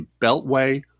Beltway